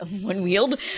One-wheeled